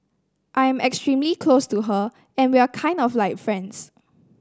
I am extremely close to her and we are kind of like friends